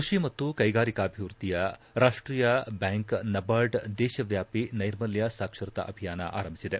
ಕೃಷಿ ಮತ್ತು ಕೈಗಾರಿಕಾಭಿವೃದ್ದಿಯ ರಾಷ್ಟೀಯ ಬ್ಯಾಂಕ್ ನಬಾರ್ಡ್ ದೇಶವ್ಯಾಪಿ ನೈರ್ಮಲ್ಡ ಸಾಕ್ಷರತಾ ಅಭಿಯಾನ ಆರಂಭಿಸಿದೆ